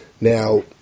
Now